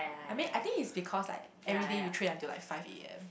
I mean I think it's because like everyday you train until like five P_M